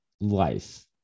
life